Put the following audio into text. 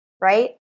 right